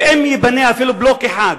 ואם ייבנה אפילו בלוק אחד,